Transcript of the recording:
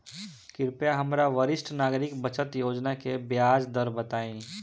कृपया हमरा वरिष्ठ नागरिक बचत योजना के ब्याज दर बताइं